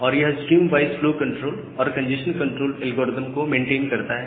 और यह stream wise flow control और कंजेशन कंट्रोल एल्गोरिदम को मेंटेन करता है